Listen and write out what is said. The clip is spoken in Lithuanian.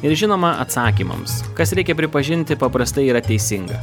ir žinoma atsakymams kas reikia pripažinti paprastai yra teisinga